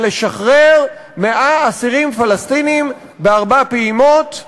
לשחרר 100 אסירים פלסטינים בארבע פעימות,